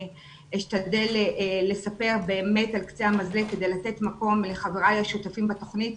אני אשתדל לספר באמת על קצה המזלג כדי לתת מקום לחבריי השותפים בתוכנית,